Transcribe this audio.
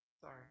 Sorry